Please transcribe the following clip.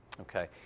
Okay